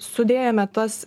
sudėjome tas